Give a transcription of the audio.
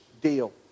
deal